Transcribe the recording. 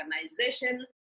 organization